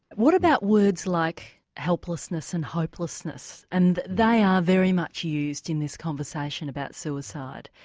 what about words like helplessness and hopelessness? and they are very much used in this conversation about suicide.